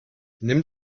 nimm